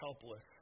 helpless